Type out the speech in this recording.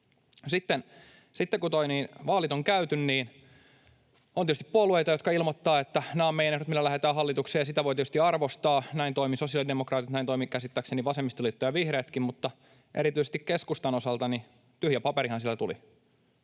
Sitten kun vaalit on käyty, niin on tietysti puolueita, jotka ilmoittavat, että nämä on ne, millä lähdetään hallitukseen, ja sitä voi tietysti arvostaa. Näin toimivat sosiaalidemokraatit, näin toimivat käsittääkseni vasemmistoliitto ja vihreätkin, mutta erityisesti keskustan osalta — tyhjä paperihan sieltä tuli.